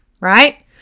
right